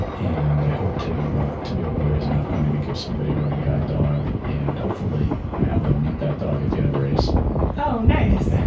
and i hope to to be able to raise enough money to give somebody a running guide dog and hopefully have them meet that dog at the end of the race oh, nice.